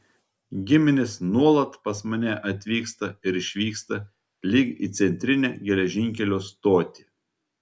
giminės nuolat pas mane atvyksta ir išvyksta lyg į centrinę geležinkelio stotį